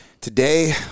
Today